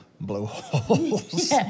blowholes